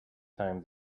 time